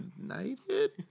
United